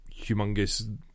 humongous